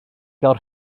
gael